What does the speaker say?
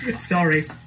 Sorry